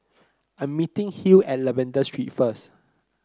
I'm meeting Hill at Lavender Street first